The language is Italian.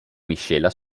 miscela